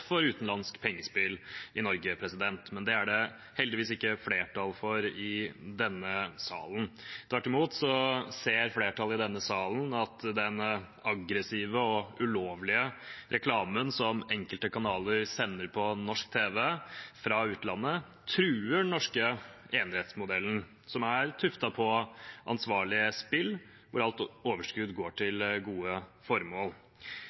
for utenlandsk pengespill i Norge. Men det er det heldigvis ikke flertall for i denne salen. Tvert imot ser flertallet i denne salen at den aggressive og ulovlige reklamen som enkelte kanaler sender på norsk tv fra utlandet, truer den norske enerettsmodellen som er tuftet på ansvarlig spill der alt overskudd går til gode formål.